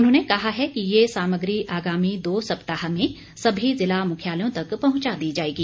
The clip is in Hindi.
उन्होंने कहा है कि ये सामग्री आगामी दो सप्ताह में सभी जिला मुख्यालयों तक पहुंचा दी जाएगी